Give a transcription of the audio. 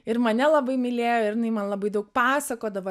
ir mane labai mylėjo ir jinai man labai daug pasakodavo